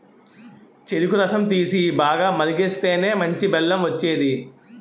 చెరుకు రసం తీసి, బాగా మరిగిస్తేనే మంచి బెల్లం వచ్చేది